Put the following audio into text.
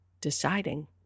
deciding